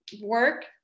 work